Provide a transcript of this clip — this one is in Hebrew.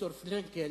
ויקטור פרנקל,